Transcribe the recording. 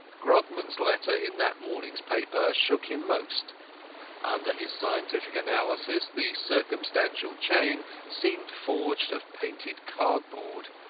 grodman's letter in that morning's paper shook him most under his scientific analysis the circumstantial chain seemed forged of painted cardboard.